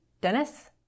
Dennis